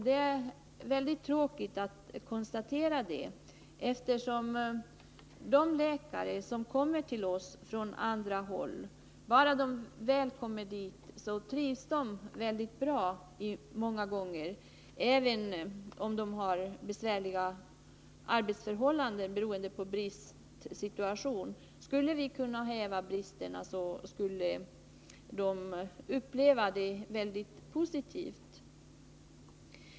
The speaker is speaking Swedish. Det är mycket tråkigt att konstatera det, eftersom många läkare som kommer till oss från andra håll, bara de väl kommer hit, trivs mycket bra, även om de har besvärliga arbetsförhållanden beroende på bristsituation. Skulle vi kunna häva bristerna, skulle de uppleva det mycket positivt.